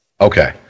Okay